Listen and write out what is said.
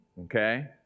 okay